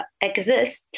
exist